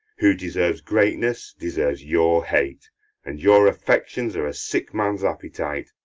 who deserves greatness deserves your hate and your affections are a sick man's appetite,